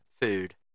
food